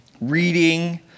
reading